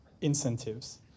incentives